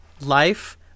life